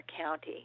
County